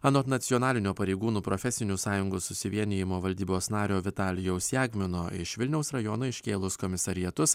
anot nacionalinio pareigūnų profesinių sąjungų susivienijimo valdybos nario vitalijaus jagmino iš vilniaus rajono iškėlus komisariatus